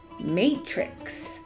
matrix